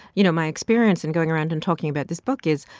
you know, my experience in going around and talking about this book is,